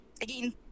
again